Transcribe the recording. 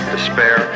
Despair